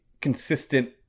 consistent